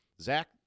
Zach